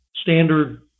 standard